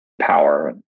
power